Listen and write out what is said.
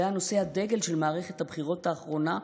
שהיה נושא הדגל של מערכת הבחירות האחרונה,